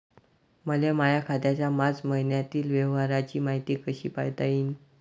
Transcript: मले माया खात्याच्या मार्च मईन्यातील व्यवहाराची मायती कशी पायता येईन?